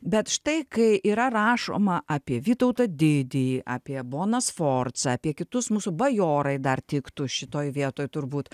bet štai kai yra rašoma apie vytautą didįjį apie boną sforcą apie kitus mūsų bajorai dar tiktų šitoj vietoj turbūt